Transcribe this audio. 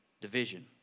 division